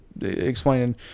explaining